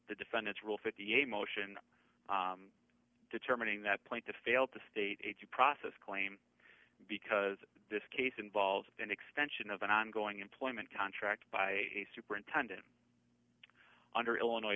the defendant's rule fifty a motion determining that point to fail to state a few process claim because this case involves an extension of an ongoing employment contract by a superintendent under illinois